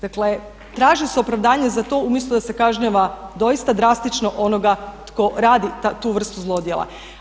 Dakle, traži se opravdanje za to umjesto da se kažnjava doista drastično onoga tko radi tu vrstu zlodjela.